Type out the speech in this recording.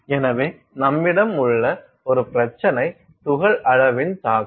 எனவே நம்மிடம் உள்ள ஒரு பிரச்சினை துகள் அளவின் தாக்கம்